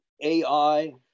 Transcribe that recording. AI